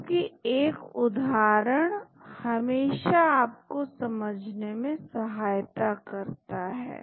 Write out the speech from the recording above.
क्योंकि एक उदाहरण हमेशा आप को समझने में सहायता करता है